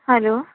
hello